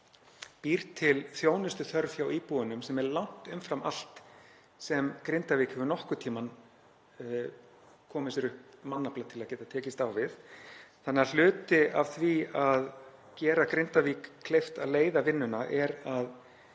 býr til þjónustuþörf hjá íbúunum sem er langt umfram allt sem Grindavík hefur nokkurn tímann komið sér upp mannafla til að geta tekist á við, þannig að hluti af því að gera Grindavík kleift að leiða vinnuna er að